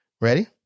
Ready